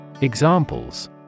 Examples